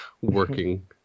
working